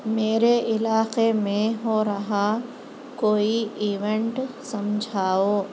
میرے علاقے میں ہو رہا کوئی ایوینٹ سجھاؤ